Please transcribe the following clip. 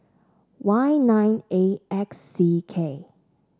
Y nine A X C K